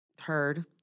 heard